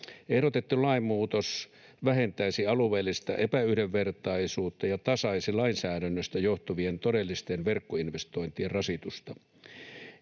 Ehdotettu lainmuutos vähentäisi alueellista epäyhdenvertaisuutta ja tasaisi lainsäädännöstä johtuvien todellisten verkkoinvestointien rasitusta.